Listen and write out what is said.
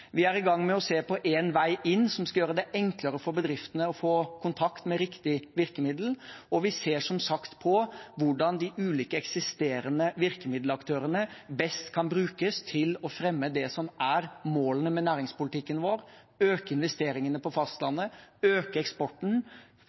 Vi er i gang med å se på Én vei inn, som skal gjøre det enklere for bedriftene å få kontakt med riktig virkemiddel, og vi ser som sagt på hvordan de ulike eksisterende virkemiddelaktørene best kan brukes til å fremme det som er målene med næringspolitikken vår: å øke investeringene på fastlandet, øke eksporten,